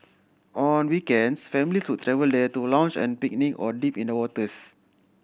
on weekends families would travel there to lounge and picnic or dip in waters